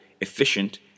efficient